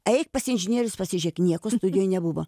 eik pas inžinierius pasižiūrėk nieko studijoj nebuvo